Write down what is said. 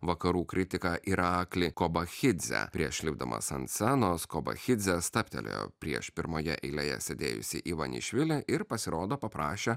vakarų kritiką iraklį kobachidzę prieš lipdamas ant scenos kobachidzė stabtelėjo prieš pirmoje eilėje sėdėjusį ivanišvilį ir pasirodo paprašė